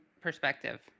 perspective